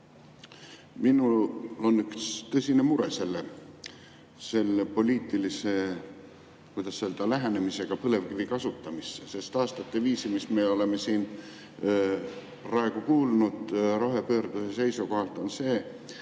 Minul on üks tõsine mure selle poliitilise, kuidas öelda, lähenemisega põlevkivi kasutamisele. Aastate viisi, mis me oleme siin praegu kuulnud rohepöörde seisukohalt, on see,